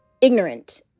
ignorant